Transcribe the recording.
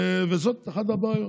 זו אחת הבעיות.